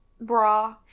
Bra